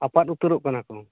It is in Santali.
ᱟᱯᱟᱫ ᱩᱛᱟᱹᱨᱚᱜ ᱠᱟᱱᱟ ᱠᱚ